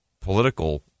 political